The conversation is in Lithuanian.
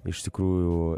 iš tikrųjų